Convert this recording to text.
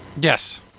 Yes